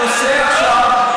הנושא עכשיו,